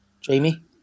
Jamie